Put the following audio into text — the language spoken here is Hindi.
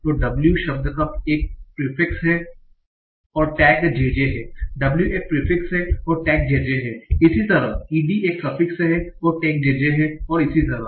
तो W शब्द का एक प्रिफिक्स है और टैग J J है W एक प्रिफिक्स है और टैग J J है इसी तरह ed एक सफिक्स है और टैग J J है और इसी तरह